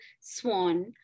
swan